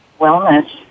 wellness